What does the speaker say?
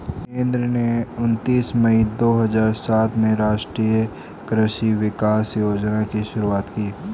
केंद्र ने उनतीस मई दो हजार सात में राष्ट्रीय कृषि विकास योजना की शुरूआत की